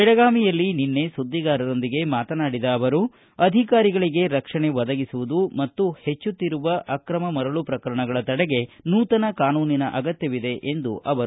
ಬೆಳಗಾವಿಯಲ್ಲಿ ನಿನ್ನೆ ಸುದ್ದಿಗಾರರೊಂದಿಗೆ ಮಾತನಾಡಿದ ಅವರು ಅಧಿಕಾರಿಗಳಿಗೆ ರಕ್ಷಣೆ ಒದಗಿಸುವುದು ಮತ್ತು ಪೆಚ್ಚುತ್ತಿರುವ ಅಕ್ರಮ ಮರಳು ಪ್ರಕರಣಗಳ ತಡೆಗೆ ನೂತನ ಕಾನೂನಿನ ಅಗತ್ವವಿದೆ ಎಂದರು